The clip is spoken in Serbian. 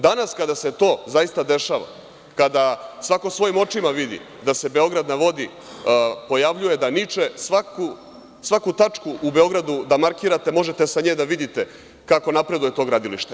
Danas kada se to zaista dešava, kada svako svojim očima vidi da se Beograd na vodi pojavljuje, da niče, svaku tačku u Beogradu da markirate, možete sa nje da vidite kako napreduje to gradilište.